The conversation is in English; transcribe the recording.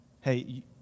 hey